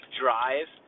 drive